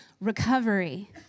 recovery